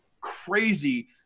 crazy